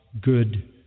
good